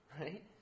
Right